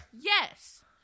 Yes